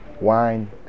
wine